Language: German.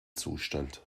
zustand